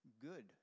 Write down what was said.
good